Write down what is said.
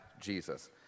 Jesus